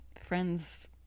friends